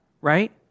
right